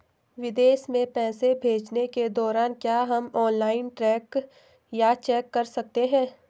विदेश में पैसे भेजने के दौरान क्या हम ऑनलाइन ट्रैक या चेक कर सकते हैं?